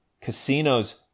Casinos